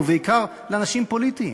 בעיקר לאנשים פוליטיים?